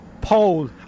poll